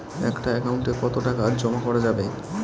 একটা একাউন্ট এ কতো টাকা জমা করা যাবে?